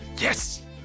Yes